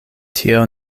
tio